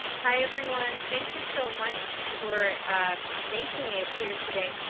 hi, everyone. thank you so much for making it here today.